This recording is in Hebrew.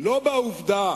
לא בעובדה